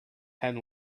hen